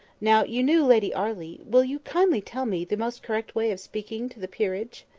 now you knew lady arley will you kindly tell me the most correct way of speaking to the peerage?